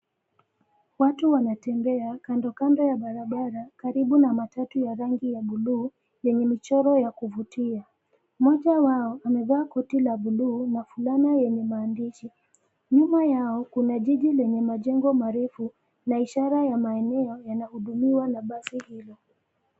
Watu wanatembea kando kando ya barabara karibu na matatu ya rangi ya buluu yenye michoro ya kuvutia. Mmoja wao amevaa koti la buluu na fulana yenye maandishi. Nyuma yao kuna jiji lenye majengo marefu na ishara ya maeneo yanahudumiwa na basi hilo.